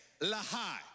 Lahai